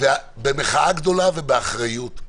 במחאה גדולה ובאחריות,